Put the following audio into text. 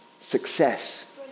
success